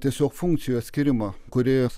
tiesiog funkcijų atskyrimo kuris